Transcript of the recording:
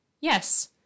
Yes